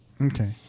Okay